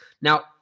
Now